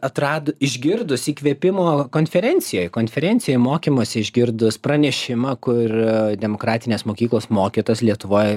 atrado išgirdus įkvėpimo konferencijoj konferencijoj mokymosi išgirdus pranešimą kur i demokratinės mokyklos mokytojas lietuvoj